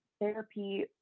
therapy